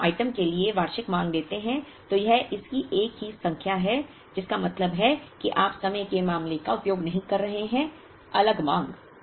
यदि हम आइटम के लिए वार्षिक मांग लेते हैं तो यह इसकी एक ही संख्या है जिसका मतलब है कि आप समय के मामले का उपयोग नहीं कर रहे हैं अलग मांग